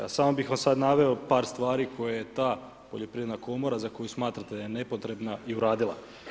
A sam bih vam sad naveo par stvari koje ta poljoprivredna komora za koju smatrate da je nepotrebna, i uradila.